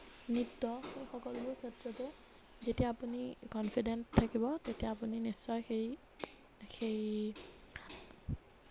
নৃত্য সকলোবোৰ ক্ষেত্ৰতে যেতিয়া আপুনি কনফিডেণ্ট থাকিব তেতিয়া আপুনি নিশ্চয় সেই সেই